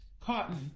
cotton